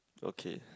okay